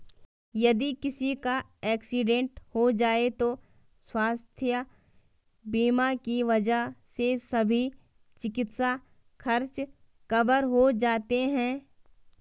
यदि किसी का एक्सीडेंट हो जाए तो स्वास्थ्य बीमा की वजह से सभी चिकित्सा खर्च कवर हो जाते हैं